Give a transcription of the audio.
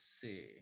see